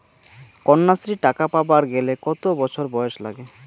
কন্যাশ্রী টাকা পাবার গেলে কতো বছর বয়স লাগে?